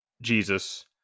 Jesus